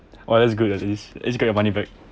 oh that's good at least at least got your money back